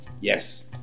yes